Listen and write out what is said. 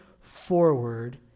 forward